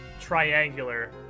triangular